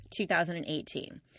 2018